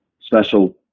special